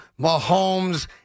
Mahomes